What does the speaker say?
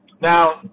Now